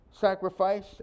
sacrifice